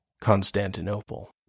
Constantinople